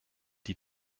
die